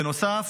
בנוסף,